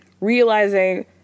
realizing